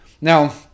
now